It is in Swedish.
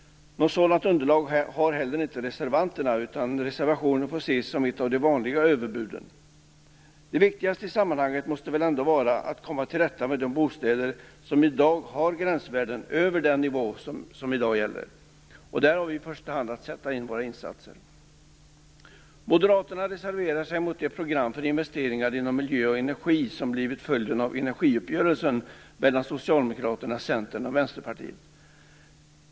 Något sådant underlag har heller inte reservanterna, utan reservationen får ses som ett av de vanliga överbuden. Det viktigaste i sammanhanget måste väl ändå vara att komma till rätta med de bostäder som har gränsvärden över den nivå som gäller i dag. Det är här vi i första hand bör sätta in våra insatser. Moderaterna reserverar sig mot det program för investeringar inom miljö och energi som blivit följden av energiuppgörelsen mellan Socialdemokraterna, Centern och Vänsterpartiet.